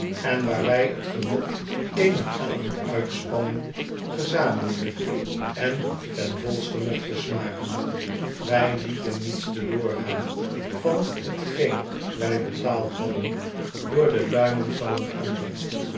en waar wij t genot eener avond uitspanning gezamenlijk en ten volste mochten smaken wij lieten niets te loor gaan van t geen wij betaald hadden door de luimen van een ander